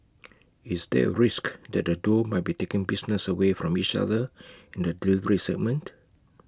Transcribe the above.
is there A risk that the duo might be taking business away from each other in the delivery segment